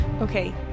okay